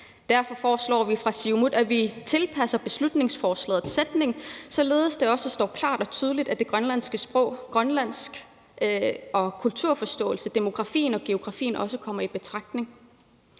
Derfor foreslår vi fra Siumuts side, at vi tilpasser beslutningsforslagets sætning, således at det står klart og tydeligt, at det grønlandske sprog og grønlandsk kulturforståelse, demografi og geografi også kommer i betragtning.